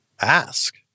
ask